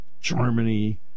Germany